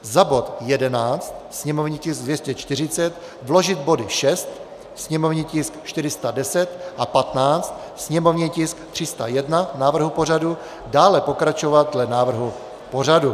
Za bod 11, sněmovní tisk 240, vložit body 6, sněmovní tisk 410, a 15, sněmovní tisk 301, návrhu pořadu, dále pokračovat dle návrhu pořadu.